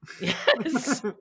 yes